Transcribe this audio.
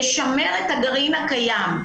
לשמר את הגרעין הקיים.